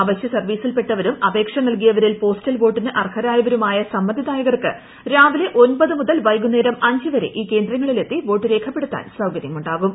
അവശ്യ സർവീസിൽപ്പെട്ടവരും അപേക്ഷ നൽകിയവരിൽ പോസ്റൽ വോട്ടിന് അർഹ്രായവരുമായ സമ്മതിദായകർക്കു രാവിലെ ഒമ്പതു മുതൽ വൈകുന്നേരം അഞ്ചുവരെ ഈ കേന്ദ്രങ്ങളിലെത്തി വോട്ട് രേഖപ്പെടുത്താൻ സൌകര്യമുണ്ടാകും